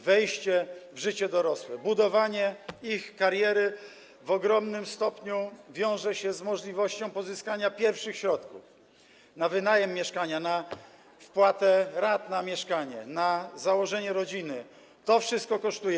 Wejście w życie dorosłe, budowanie kariery w ogromnym stopniu wiąże się z możliwością pozyskania pierwszych środków na wynajem mieszkania, na wpłatę rat na mieszkanie, na założenie rodziny - to wszystko kosztuje.